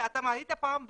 היית פעם בדואר?